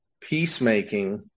peacemaking